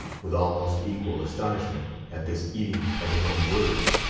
with almost equal astonishment at this eating of his own words,